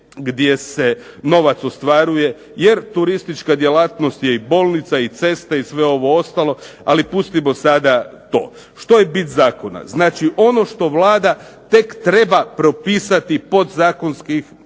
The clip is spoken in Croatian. gdje se novac ostvaruje jer turistička djelatnost je i bolnica i ceste i sve ovo ostalo, ali pustimo sada to. Što je bit zakona? Znači ono što Vlada tek treba propisati podzakonskim